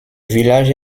village